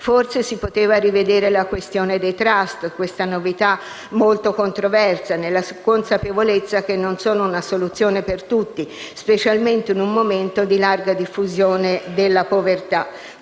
Forse si poteva rivedere la questione dei *trust*, questa novità molto controversa, nella consapevolezza che non sono una soluzione per tutti, specialmente in un momento di larga diffusione della povertà.